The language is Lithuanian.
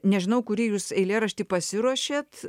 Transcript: nežinau kurį jūs eilėraštį pasiruošėt